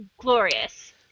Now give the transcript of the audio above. glorious